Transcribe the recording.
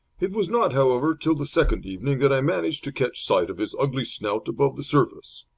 it was not, however, till the second evening that i managed to catch sight of his ugly snout above the surface.